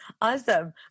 awesome